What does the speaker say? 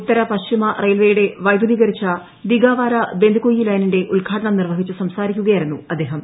ഉത്തര പശ്ചിമ റയിൽവേയുടെ വൈദ്യുതീകരിച്ച ദിഗാവര ബന്ദികുയി ലൈനിന്റെ ഉദ്ഘാടനം നിർവഹിച്ച് സംസാരിക്കുകയായിരുന്നു അദ്ദേഹം